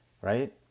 right